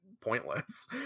pointless